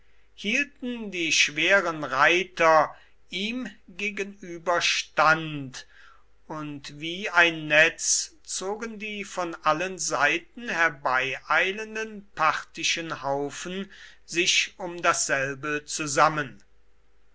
hielten die schweren reiter ihm gegenüber stand und wie ein netz zogen die von allen seiten herbeieilenden parthischen haufen sich um dasselbe zusammen